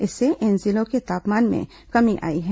इससे इन जिलों के तापमान में कमी आई है